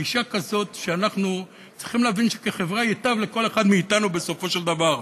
גישה כזאת שאנחנו צריכים להבין שכחברה ייטב לכל אחד מאתנו בסופו של דבר,